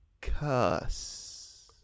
cuss